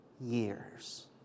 years